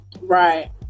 Right